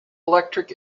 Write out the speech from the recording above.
electric